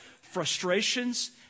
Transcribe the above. frustrations